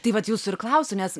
tai vat jūs ir klausiu nes